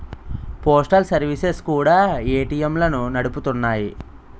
postal services కూడా ఏటీఎంలను నడుపుతున్నాయి